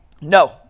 no